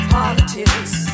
politics